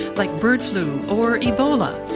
like bird flu or ebola.